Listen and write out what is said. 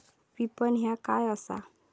विपणन ह्या काय असा?